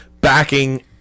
backing